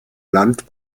land